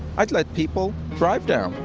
i'd let people drive down,